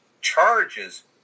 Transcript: charges